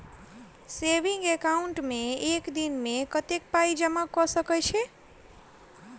Saving account मे एक दिनमे कतेक पाई जमा कऽ सकैत छी?